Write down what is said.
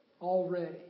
already